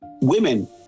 women